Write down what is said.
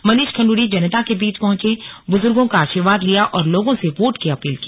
मनीष खंडूड़ी जनता के बीच पहुंचे बुजुर्गों का आशीर्वाद लिया और लोगों से वोट की अपील की